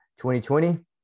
2020